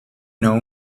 know